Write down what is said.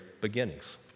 beginnings